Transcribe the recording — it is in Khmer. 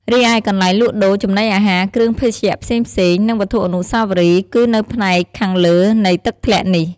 រីឯកន្លែងលក់ដូរ ចំណីអាហារ គ្រឿងភេសជ្ជៈផ្សេងៗ និងវត្ថុអនុស្សាវរីយ៍ គឺនៅផ្នែកខាងលើនៃទឹកធ្លាក់នេះ។